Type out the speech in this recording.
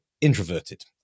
introverted